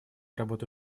работу